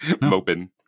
moping